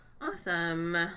Awesome